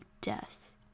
death